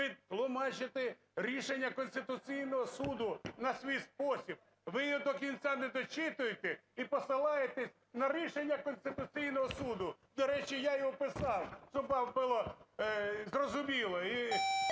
ви тлумачите рішення Конституційного Суду на свій спосіб і його до кінця не дочитуєте, і посилаєтесь на рішення Конституційного Суду. До речі, я його писав, щоб вам було зрозуміло,